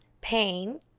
pain